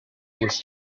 was